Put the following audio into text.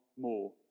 more